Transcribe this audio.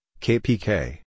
KPK